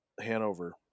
Hanover